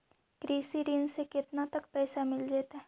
कृषि ऋण से केतना तक पैसा मिल जइतै?